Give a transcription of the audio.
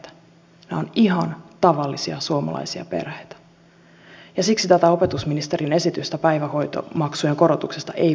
nämä ovat ihan tavallisia suomalaisia perheitä ja siksi tätä opetusministerin esitystä päivähoitomaksujen korotuksesta ei voi kannattaa